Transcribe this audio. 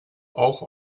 auch